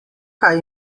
kaj